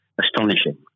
astonishing